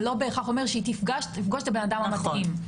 זה לא בהכרח אומר שהיא תפגוש את האדם המתאים.